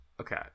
Okay